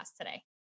today